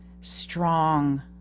strong